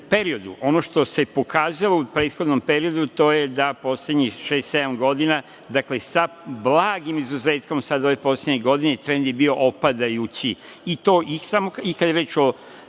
periodu. Ono što se pokazalo u prethodnom periodu to je da poslednjih šest, sedam godina, dakle sa blagim izuzetkom sada ove poslednje godine trend je bio opadajući i to samo kada je reč o